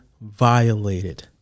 violated